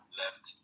left